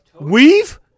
Weave